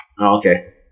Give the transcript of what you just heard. Okay